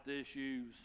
issues